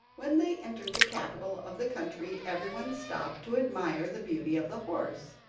when they entered the capital of the country everyone stopped to admire the beauty of the horse.